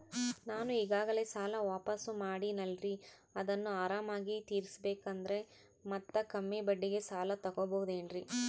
ನಾನು ಈಗಾಗಲೇ ಸಾಲ ವಾಪಾಸ್ಸು ಮಾಡಿನಲ್ರಿ ಅದನ್ನು ಆರಾಮಾಗಿ ತೇರಿಸಬೇಕಂದರೆ ಮತ್ತ ಕಮ್ಮಿ ಬಡ್ಡಿಗೆ ಸಾಲ ತಗೋಬಹುದೇನ್ರಿ?